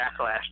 backlash